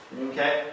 Okay